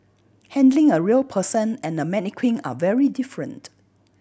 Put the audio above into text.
handling a real person and a mannequin are very different